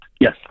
Yes